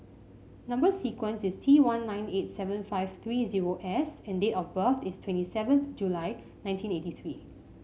number sequence is T one nine eight seven five three zero S and date of birth is twenty seventh July nineteen eighty three